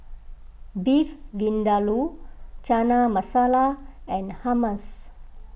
Beef Vindaloo Chana Masala and Hummus